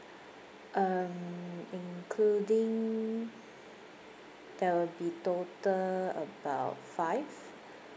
um including that will be total about five